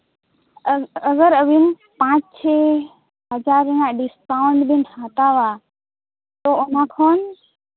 ᱟᱜᱚᱨ ᱟᱹᱵᱤᱱ ᱯᱟᱸᱪ ᱪᱷᱚᱭ ᱦᱟᱡᱟᱨ ᱨᱮᱱᱟᱜ ᱰᱤᱥᱠᱟᱣᱩᱱᱴ ᱵᱤᱱ ᱦᱟᱛᱟᱣᱟ ᱟᱫᱚ ᱚᱱᱟ ᱠᱷᱚᱱ